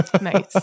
Nice